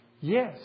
yes